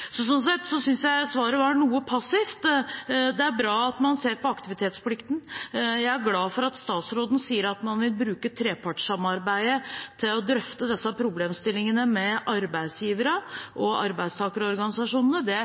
Sånn sett synes jeg svaret var noe passivt. Det er bra at man ser på aktivitetsplikten. Jeg er glad for at statsråden sier at man vil bruke trepartssamarbeidet til å drøfte disse problemstillingene med arbeidsgiverne og arbeidstakerorganisasjonene. Det